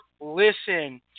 listen